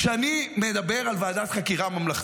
כשאני מדבר על ועדת חקירה ממלכתית,